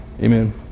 Amen